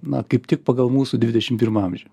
na kaip tik pagal mūsų dvidešim pirmą amžių